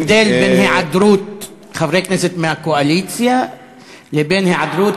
יש הבדל בין היעדרות חברי כנסת מהקואליציה לבין היעדרות